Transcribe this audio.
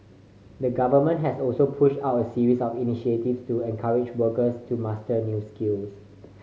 the Government has also pushed out a series of initiative to encourage workers to master new skills